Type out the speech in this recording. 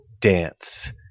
dance